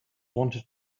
wanted